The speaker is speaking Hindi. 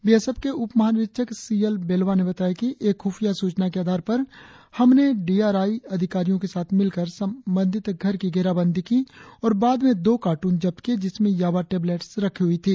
बीएसएफ के उप महानिरीक्षक सी एल बेलवा ने बताया की एक खुफिया सूचना के आधार पर हमने डीआरआई अधिकारियों के साथ मिलकर संबंधित घर की घेराबंदी की और बाद में दो कार्टन जब्त किए जिसमें याबा टेबलेट्स रखी हुई थी